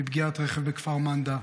מפגיעת רכב בכפר מנדא.